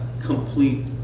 complete